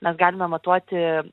mes galime matuoti